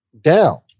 down